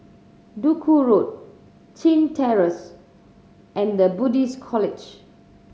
Duku Road Chin Terrace and The Buddhist College